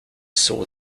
saw